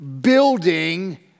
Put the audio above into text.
building